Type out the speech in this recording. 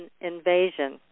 invasion